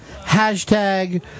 hashtag